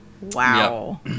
Wow